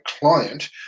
client